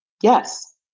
yes